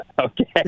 Okay